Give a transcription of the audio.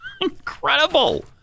Incredible